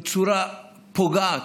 בצורה פוגעת.